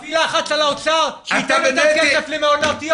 תפעיל לחץ על האוצר שייתן יותר כסף למעונות.